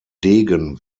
degen